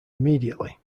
immediately